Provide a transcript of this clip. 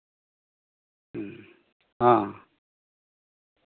ᱚ